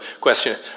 question